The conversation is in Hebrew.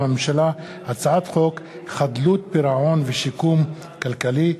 מטעם הממשלה: הצעת חוק חדלות פירעון ושיקום כלכלי,